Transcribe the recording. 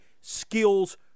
skills